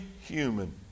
human